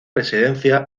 presidencia